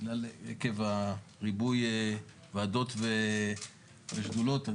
עקב ריבוי ועדות ושדולות,